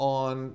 on